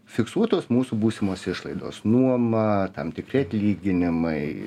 fiksuotos mūsų būsimos išlaidos nuoma tam tikri atlyginimai